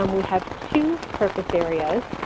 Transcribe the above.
and we have two purpose areas,